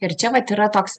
ir čia vat yra toks